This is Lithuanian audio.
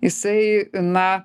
jisai na